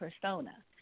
persona